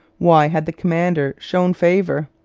why had the commander shown favour?